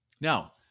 Now